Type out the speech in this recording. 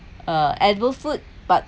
uh the uh edible food but